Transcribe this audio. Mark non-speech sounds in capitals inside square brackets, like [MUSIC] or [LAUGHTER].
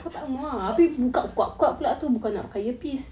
[LAUGHS]